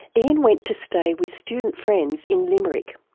ian went to stay with student friends in limerick,